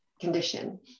condition